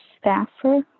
staffer